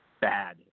bad